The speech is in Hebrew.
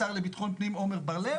השר לביטחון פנים עמר בר לב.